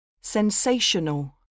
Sensational